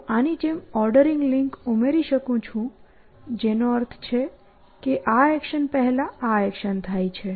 અને હું આની જેમ ઓર્ડરિંગ લિંક ઉમેરી શકું છું જેનો અર્થ છે કે આ એક્શન પહેલાં આ એક્શન થાય છે